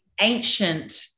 ancient